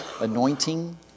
anointing